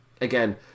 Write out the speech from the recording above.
Again